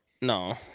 No